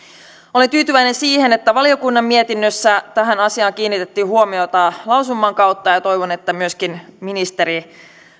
olen tyytyväinen siihen että valiokunnan mietinnössä tähän asiaan kiinnitettiin huomiota lausuman kautta ja ja toivon että myöskin ministeri on